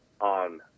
on